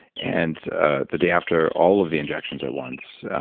and ah the day after all of the injections at once,